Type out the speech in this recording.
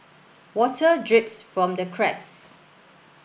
water drips from the cracks